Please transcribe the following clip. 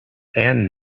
and